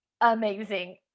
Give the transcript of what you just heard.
amazing